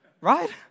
right